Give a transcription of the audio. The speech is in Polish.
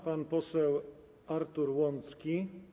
Pan poseł Artur Łącki?